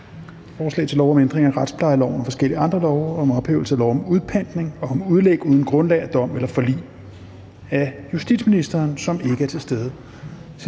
Forslag til lov om ændring af retsplejeloven og forskellige andre love og om ophævelse af lov om udpantning og om udlæg uden grundlag af dom eller forlig. (Effektivisering af straffesagskæden,